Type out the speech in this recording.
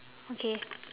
okay